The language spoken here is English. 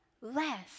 less